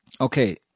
Okay